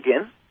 again